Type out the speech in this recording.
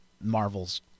Marvel's